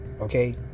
Okay